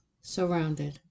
surrounded